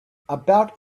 about